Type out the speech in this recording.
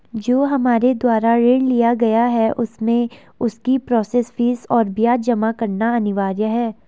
जो हमारे द्वारा ऋण लिया गया है उसमें उसकी प्रोसेस फीस और ब्याज जमा करना अनिवार्य है?